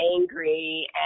angry